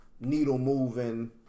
needle-moving